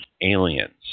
aliens